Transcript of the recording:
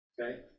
Okay